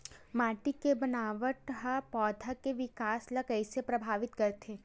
माटी के बनावट हा पौधा के विकास ला कइसे प्रभावित करथे?